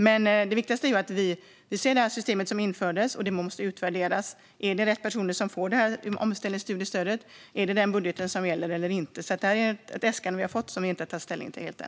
Men det viktigaste är att vi måste titta på systemet som har införts och utvärdera om det är rätt personer som får omställningsstudiestödet och om det är den här budgeten som gäller eller inte. Äskandet har vi alltså inte tagit ställning till helt än.